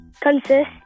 consist